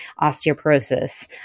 osteoporosis